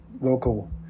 local